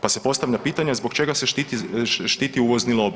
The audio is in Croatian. Pa se postavlja pitanje, zbog čega se štiti uvozni lobi?